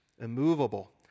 immovable